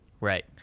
Right